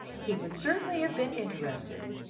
he would certainly have been interested,